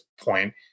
point